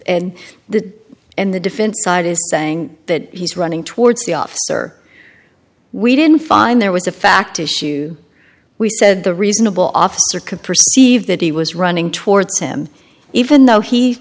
in the end the defense side is saying that he's running towards the officer we didn't find there was a fact issue we said the reasonable officer could perceive that he was running towards him even though he